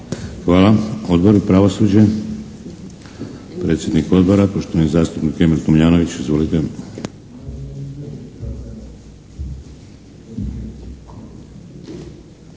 Hvala. Odbori, pravosuđe. Predsjednik odbora poštovani zastupnik Emil Tomljanović. Izvolite.